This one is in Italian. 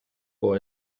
può